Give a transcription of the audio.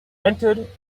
entered